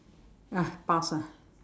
ah tough ah